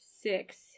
Six